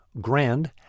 Grand